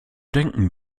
denken